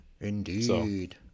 Indeed